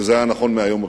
וזה היה נכון מהיום הראשון.